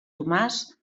tomàs